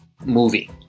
movie